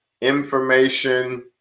information